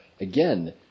again